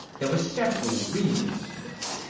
there were several reasons for this,